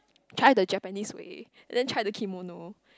try the Japanese way and then try the kimono